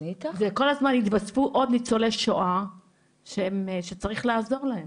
כל הזמן יתווספו עוד ניצולי שואה שצריך לעזור להם.